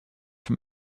from